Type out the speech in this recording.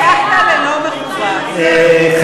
זה מה שנקרא: הפוסל במומו פוסל.